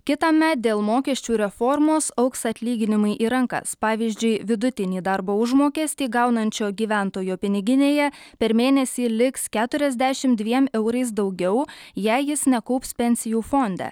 kitamet dėl mokesčių reformos augs atlyginimai į rankas pavyzdžiui vidutinį darbo užmokestį gaunančio gyventojo piniginėje per mėnesį liks keturiasdešim dviem eurais daugiau jei jis nekaups pensijų fonde